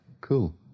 Cool